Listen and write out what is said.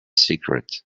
secret